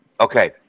Okay